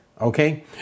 okay